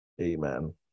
Amen